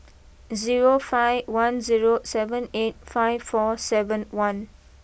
zero five one zero seven eight five four seven one